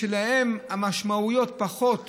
הם, המשמעויות פחות